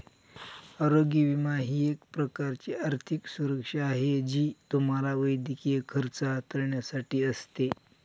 आरोग्य विमा ही एक प्रकारची आर्थिक सुरक्षा आहे जी तुम्हाला वैद्यकीय खर्च हाताळण्यासाठी असते